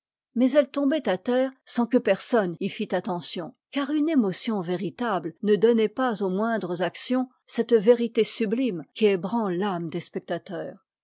mais elles toinbaient à terre sans que personne y fit attention car une émotion véritable ne donnait pas aux moindres actions cette vérité sublime qui ébranle l'âme des spectateurs